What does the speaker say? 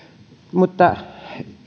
mutta